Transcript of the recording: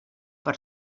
per